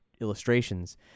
illustrations